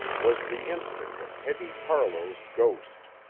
was the incident of hetty parlow's ghost.